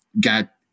got